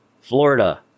Florida